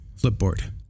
Flipboard